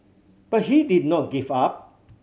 but he did not give up